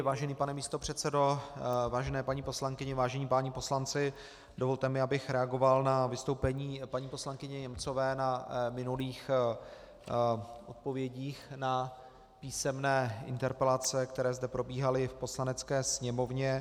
Vážený pane místopředsedo, vážené paní poslankyně, vážení páni poslanci, dovolte mi, abych reagoval na vystoupení paní poslankyně Němcové na minulých odpovědích na písemné interpelace, které zde probíhaly v Poslanecké sněmovně.